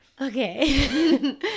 Okay